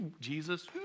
Jesus